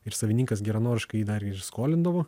ir savininkas geranoriškai jį dar ir skolindavo